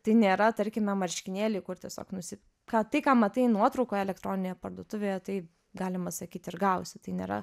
tai nėra tarkime marškinėliai kur tiesiog nusi ką tai ką matai nuotraukoje elektroninėje parduotuvėje tai galima sakyti ir gausi tai nėra